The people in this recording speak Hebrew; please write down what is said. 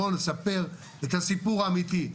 בואו נספר את הסיפור האמיתי,